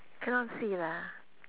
cannot see lah